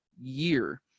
year